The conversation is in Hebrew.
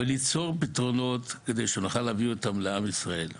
וליצור פתרונות כדי שנוכל להביא אותם לעם ישראל.